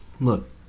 Look